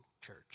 church